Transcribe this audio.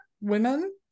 women